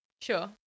Sure